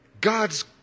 God's